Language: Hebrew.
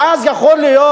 ואז, יכול להיות,